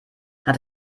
hat